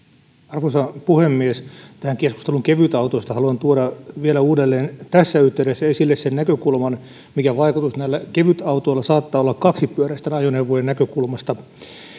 arvoisa puhemies tähän keskusteluun kevytautoista haluan tuoda vielä uudelleen tässä yhteydessä esille sen näkökulman mikä vaikutus näillä kevytautoilla saattaa olla kaksipyöräisten ajoneuvojen näkökulmasta